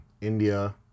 India